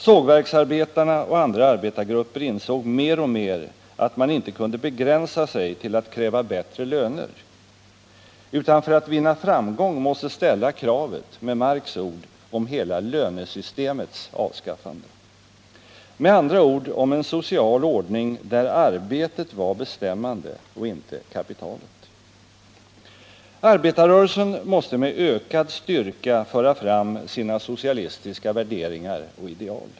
Sågverksarbetarna och andra arbetargrupper insåg mer och mer att de inte kunde begränsa sig till att kräva bättre löner utan för att vinna framgång måste ställa kravet — med Marx ord — på hela lönesystemets avskaffande, med andra ord på en social ordning där arbetet var bestämmande och inte kapitalet. Arbetarrörelsen måste med ökad styrka föra fram sina socialistiska värderingar och ideal.